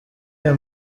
aya